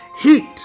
Heat